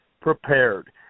prepared